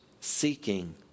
seeking